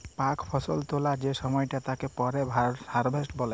পাক ফসল তোলা যে সময়টা তাকে পরে হারভেস্ট বলে